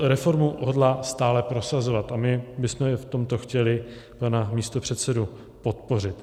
Reformu hodlá stále prosazovat a my bychom v tomto chtěli pana místopředsedu podpořit.